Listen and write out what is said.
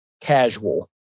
casual